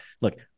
look